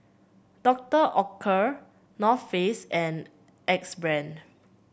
Doctor Oetker North Face and Axe Brand